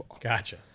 Gotcha